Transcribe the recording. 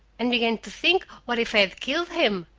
and began to think what if i had killed him.